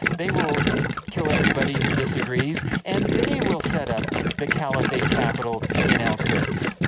they will kill everybody who disagrees, and they will set up the caliphate capital in al-quds.